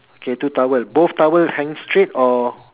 okay two towel both towel hang straight or